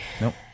Nope